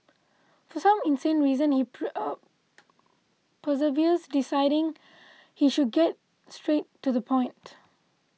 but for some insane reason he perseveres deciding he should get straight to the point